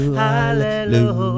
Hallelujah